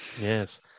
Yes